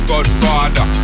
Godfather